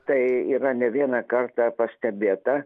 tai yra ne vieną kartą pastebėta